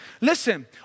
Listen